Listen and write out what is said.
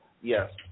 yes